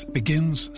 begins